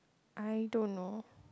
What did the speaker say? I don't know